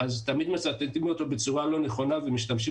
תמיד מצטטים אותו בצורה לא נכונה ומשתמשים